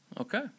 Okay